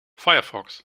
firefox